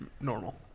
normal